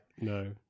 No